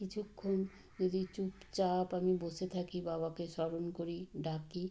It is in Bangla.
কিছুক্ষণ যদি চুপচাপ আমি বসে থাকি বাবাকে স্মরণ করি ডাকি